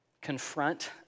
confront